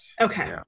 okay